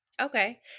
okay